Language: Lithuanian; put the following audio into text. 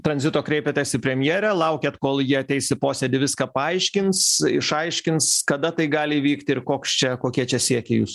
tranzito kreipiatės į premjerę laukiat kol ji ateis į posėdį viską paaiškins išaiškins kada tai gali įvykti ir koks čia kokia čia siekiai jūs